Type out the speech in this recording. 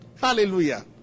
Hallelujah